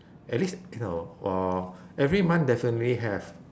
at least uh every month definitely have